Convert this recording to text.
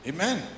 Amen